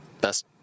best